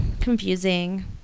confusing